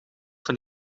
van